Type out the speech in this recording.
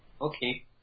Okay